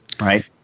right